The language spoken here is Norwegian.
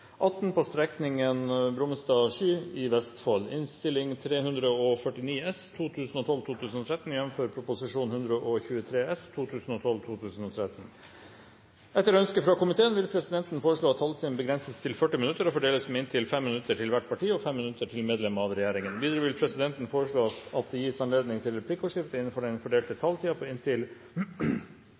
18. Etter ønske fra arbeids- og sosialkomiteen vil presidenten foreslå at taletiden begrenses til 40 minutter og fordeles med inntil 5 minutter til hvert parti og inntil 5 minutter til medlem av regjeringen. Videre vil presidenten foreslå at det gis anledning til replikkordskifte på inntil fem replikker med svar etter innlegg fra medlem av regjeringen innenfor den fordelte taletid. Videre blir det foreslått at de som måtte tegne seg på